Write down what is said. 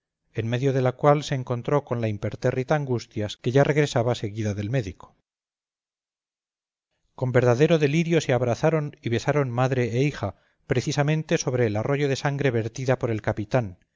en medio de la cual se encontró con la impertérrita angustias que ya regresaba seguida del médico con verdadero delirio se abrazaron y besaron madre e hija precisamente sobre el arroyo de sangre vertida por el capitán